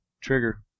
trigger